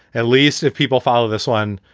at least if people follow this one,